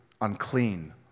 unclean